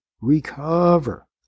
recover